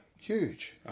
Huge